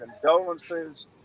condolences